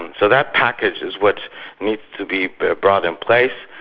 so that package is what needs to be brought in place.